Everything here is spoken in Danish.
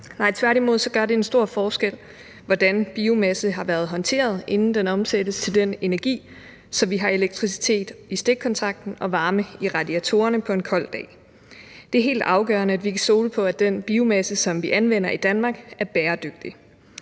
Nej, tværtimod gør det en stor forskel, hvordan biomasse har været håndteret, inden den omsættes til energi, så vi har elektricitet i stikkontakten og varme i radiatorerne på en kold dag. Det er helt afgørende, at vi kan stole på, at den biomasse, som vi anvender i Danmark, er bæredygtig.